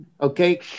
Okay